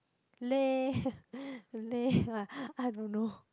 leh leh [wah] I don't know